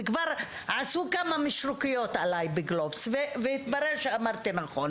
ובגלובס כבר עשו עליי כמה משרוקיות והתברר שאמרתי אמת.